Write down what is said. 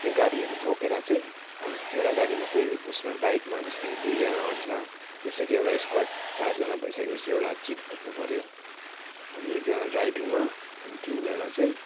त्यो गाडीहरू बोकेर चाहिँ अब एउटा गाडीमा कोही उयसमा बाइकमा जस्तै कि दुइजना अँट्छ त्यस्तै कि एउटा स्क्वाड चारजना भइसके पछि एउटा जिप खोज्नु पऱ्यो अनि एकजना ड्राइभिङमा अनि तिनजना चाहिँ